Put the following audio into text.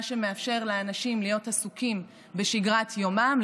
מה שמאפשר לאנשים להיות עסוקים בשגרת יומם,